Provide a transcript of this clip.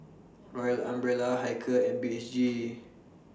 Royal Umbrella Hilker and B H G